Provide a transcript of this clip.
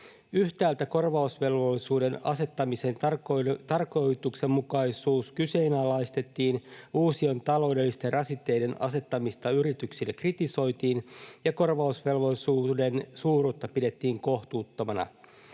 Yhtäältä korvausvelvollisuuden asettamisen tarkoituksenmukaisuus kyseenalaistettiin, uusien taloudellisten rasitteiden asettamista yrityksille kritisoitiin ja korvausvelvollisuuden suuruutta pidettiin kohtuuttomana.